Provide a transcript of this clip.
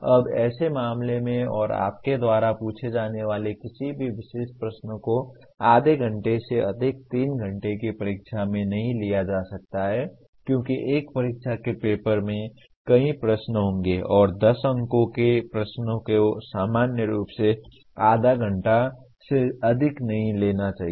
अब ऐसे मामले में और आपके द्वारा पूछे जाने वाले किसी भी विशेष प्रश्न को आधे घंटे से अधिक 3 घंटे की परीक्षा में नहीं लिया जा सकता है क्योंकि एक परीक्षा के पेपर में कई प्रश्न होंगे और 10 अंकों के प्रश्नों को सामान्य रूप से आधे घंटे से अधिक नहीं लेना चाहिए